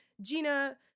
Gina